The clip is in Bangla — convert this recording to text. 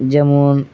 যেমন